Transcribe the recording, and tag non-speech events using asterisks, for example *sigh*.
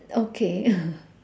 okay *laughs*